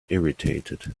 irritated